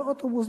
זה אוטובוס,